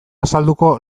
azalduko